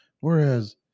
Whereas